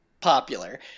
popular